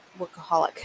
workaholic